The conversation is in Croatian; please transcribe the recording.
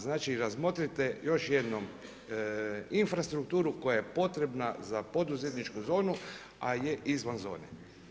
Znači razmotrite još jednom infrastruktura koja je potrebna za poduzetničku zonu ali je izvan zone.